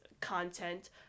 content